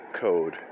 code